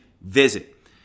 visit